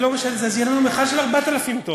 אז לא משנה, אז יהיה לנו מכל של 4,000 טונות.